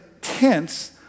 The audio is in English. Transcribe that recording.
tense